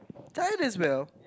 tired as well